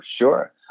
sure